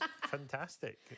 fantastic